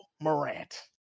Morant